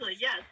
yes